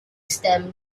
stem